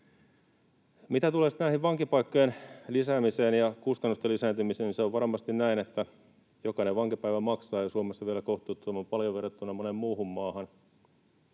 näiden vankipaikkojen lisäämiseen ja kustannusten lisääntymiseen, niin se on varmasti näin, että jokainen vankipäivä maksaa ja Suomessa vielä kohtuuttoman paljon verrattuna moneen muuhun maahan.